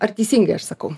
ar teisingai aš sakau